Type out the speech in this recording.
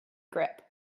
grip